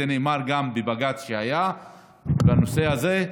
זה נאמר גם בבג"ץ שהיה בנושא הזה,